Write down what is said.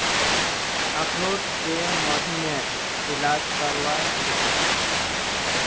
अखरोट स मधुमेहर इलाज करवा सख छी